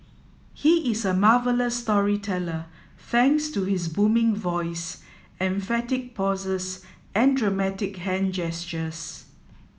he is a marvellous storyteller thanks to his booming voice emphatic pauses and dramatic hand gestures